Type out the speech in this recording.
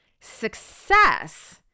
Success